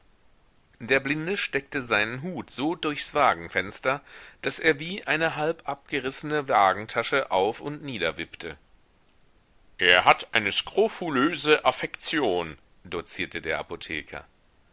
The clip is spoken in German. der blinde steckte seinen hut so durchs wagenfenster daß er wie eine halb abgerissene wagentasche auf und nieder wippte er hat eine skrofulöse affektion dozierte der apotheker